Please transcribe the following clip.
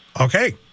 Okay